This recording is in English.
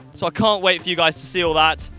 so i can't wait for you guys to see all that,